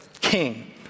king